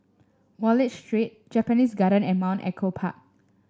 Wallich Street Japanese Garden and Mount Echo Park